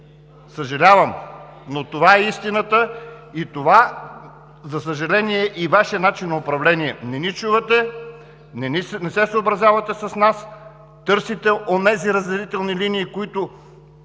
Съжалявам, но това е истината. Това, за съжаление, е и Вашият начин на управление. Не ни чувате, не се съобразявате с нас, търсите онези разделителни линии, които